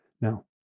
Now